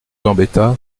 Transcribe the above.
gambetta